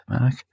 mark